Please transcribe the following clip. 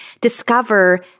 discover